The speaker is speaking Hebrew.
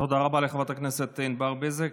תודה רבה לחברת הכנסת ענבל בזק.